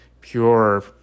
pure